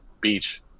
Beach